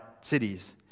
cities